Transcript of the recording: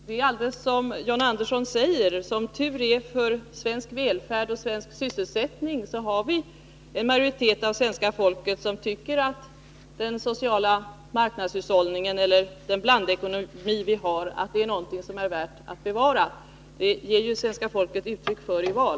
Herr talman! Det är precis så som John Andersson säger. Som tur är för vår välfärd och sysselsättning tycker en majoritet av svenska folket att den blandekonomi vi har är något som är värt att bevara. Det ger ju svenska folket uttryck för i val.